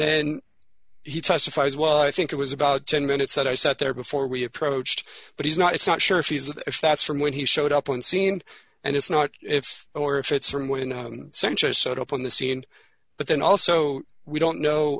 then he testifies well i think it was about ten minutes that i sat there before we approached but he's not it's not sure if he's if that's from when he showed up on scene and it's not if or if it's from when the center set up on the scene but then also we don't know